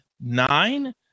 Nine